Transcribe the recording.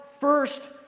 first